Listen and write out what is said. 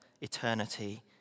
eternity